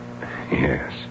Yes